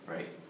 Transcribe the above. Right